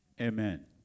Amen